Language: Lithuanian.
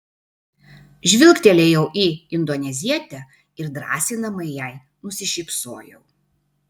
žvilgtelėjau į indonezietę ir drąsinamai jai nusišypsojau